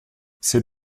c’est